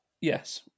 Yes